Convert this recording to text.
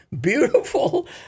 beautiful